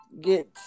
get